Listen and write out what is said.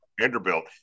Vanderbilt